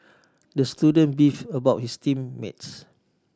the student beefed about his team mates